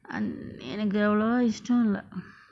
anth~ எனக்கு அவலவா இஸ்டோ இல்ல:enaku avalava isto illa